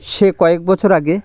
সে কয়েক বছর আগে